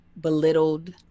belittled